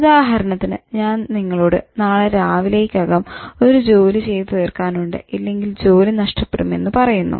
ഉദാഹരണത്തിന് ഞാൻ നിങ്ങളോട് നാളെ രാവിലേയ്ക്കകം ഒരു ജോലി ചെയ്ത് തീർക്കാനുണ്ട് ഇല്ലെങ്കിൽ ജോലി നഷ്ടപ്പെടുമെന്ന് പറയുന്നു